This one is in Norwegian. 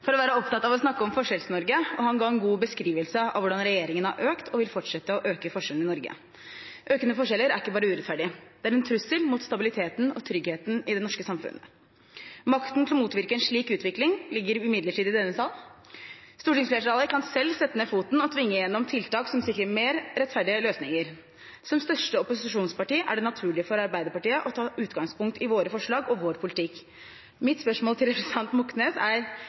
for å være opptatt av å snakke om Forskjells-Norge. Han ga en god beskrivelse av hvordan regjeringen har økt og vil fortsette å øke forskjellene i Norge. Økende forskjeller er ikke bare urettferdig. Det er en trussel mot stabiliteten og tryggheten i det norske samfunnet. Makten til å motvirke en slik utvikling ligger imidlertid i denne sal. Stortingsflertallet kan selv sette ned foten og tvinge gjennom tiltak som sikrer mer rettferdige løsninger. Som største opposisjonsparti er det naturlig for Arbeiderpartiet å ta utgangspunkt i våre forslag og vår politikk. Mitt spørsmål til representanten Moxnes er: